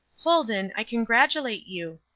holden, i congratulate you.